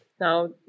now